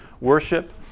Worship